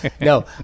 no